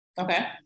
Okay